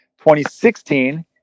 2016